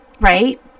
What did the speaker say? right